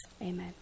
Amen